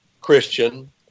Christian